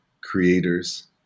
creators